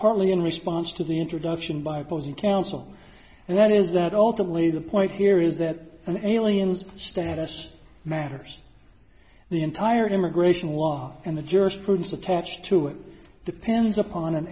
partly in response to the introduction by opposing counsel and that is that ultimately the point here is that aliens status matters the entire immigration law and the jurisprudence attached to it depends upon an